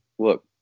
Look